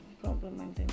problem